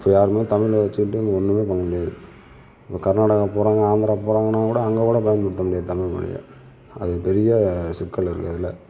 இப்போ யாருமே தமிழ்ல வச்சிக்கிட்டு இங்கே ஒன்னுமே பண்ண முடியாது கர்நாடகா போகிறாங்க ஆந்திரா போகிறாங்கனா கூட அங்கே கூட பயன்படுத்த முடியாது தமிழ் மொழியை அது பெரிய சிக்கலும் இருக்குது அதில்